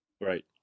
Right